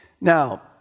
Now